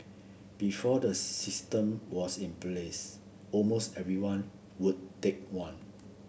before the system was in place almost everyone would take one